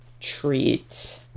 treat